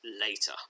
Later